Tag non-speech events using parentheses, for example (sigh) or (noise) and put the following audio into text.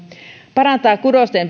parantaa kudosten (unintelligible)